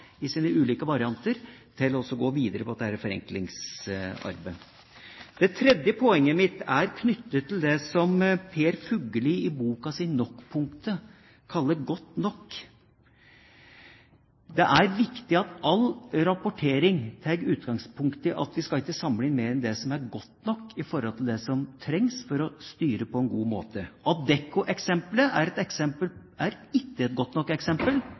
i sine ulike varianter å gå videre med dette forenklingsarbeidet. Det tredje poenget mitt er knyttet til det som Per Fugelli i boken sin «Nokpunktet» kaller «godt nok». Det er viktig at all rapportering tar utgangspunkt i at vi ikke skal samle inn mer enn det som er «godt nok» i forhold til det som trengs for å styre på en god måte. Adecco-eksemplet er ikke et